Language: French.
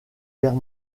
guerre